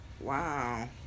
Wow